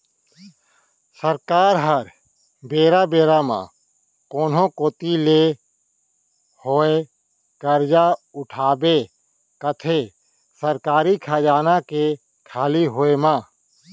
सरकार ह बेरा बेरा म कोनो कोती ले होवय करजा उठाबे करथे सरकारी खजाना के खाली होय म